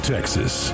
Texas